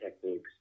techniques